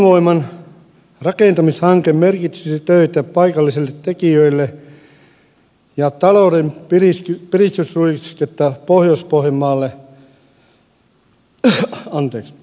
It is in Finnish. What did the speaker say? fennovoiman rakentamishanke merkitsisi töitä paikallisille tekijöille ja talouden piristysruisketta pohjois pohjanmaalle